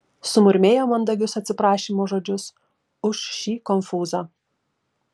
sumurmėjo mandagius atsiprašymo žodžius už šį konfūzą